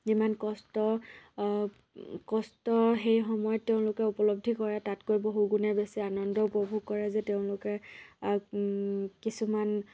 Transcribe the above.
যিমান কষ্ট কষ্ট সেই সময়ত তেওঁলোকে উপলব্ধি কৰে তাতকৈ বহু গুণে বেছি আনন্দ উপভোগ কৰে যে তেওঁলোকে কিছুমান